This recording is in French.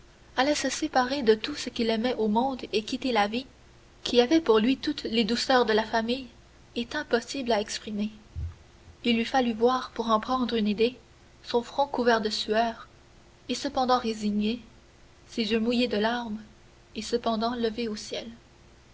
allait se séparer de tout ce qu'il aimait au monde et quitter la vie qui avait pour lui toutes les douceurs de la famille est impossible à exprimer il eût fallu voir pour en prendre une idée son front couvert de sueur et cependant résigné ses yeux mouillés de larmes et cependant levés au ciel